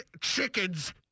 chickens